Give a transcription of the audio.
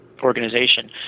organization